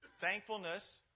Thankfulness